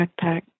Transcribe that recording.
backpack